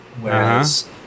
Whereas